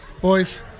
Boys